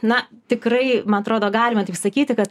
na tikrai man atrodo galima taip sakyti kad